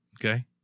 Okay